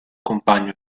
compagno